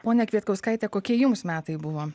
ponia kvietkauskaite kokie jums metai buvo